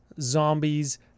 zombies